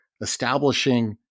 establishing